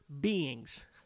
beings